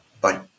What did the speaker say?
Bye